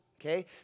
okay